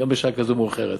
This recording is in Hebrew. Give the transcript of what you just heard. גם בשעה כזאת מאוחרת.